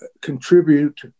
Contribute